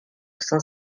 cent